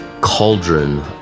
cauldron